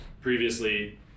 previously